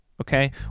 okay